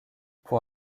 pour